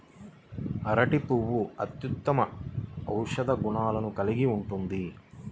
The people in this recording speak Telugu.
అరటి పువ్వు అత్యుత్తమ ఔషధ గుణాలను కలిగి ఉంటుంది